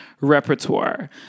repertoire